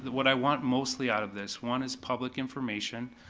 what i want mostly out of this one, is public information,